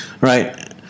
right